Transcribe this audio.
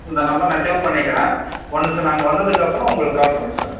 இந்த நம்பர் நான் சேவ் பண்ணிக்குறேன் ஒன்ஸ் நான் அங்கே வந்ததுக்கப்புறோம் உங்கள்க்கு நான் கால் பண்ணுறன் சார்